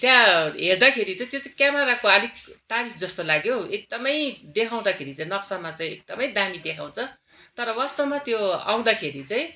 त्यहाँ हेर्दाखेरि चाहिँ त्यो चाहिँ क्यामाराको आलिक तारिफ जस्तो लाग्यो हौ एकदमै देखाउँदाखेरि चाहिँ नक्सामा एकदमै दामी देखाउँछ तर वास्तवमा त्यो आउँदाखेरि चाहिँ